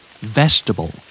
Vegetable